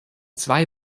zwei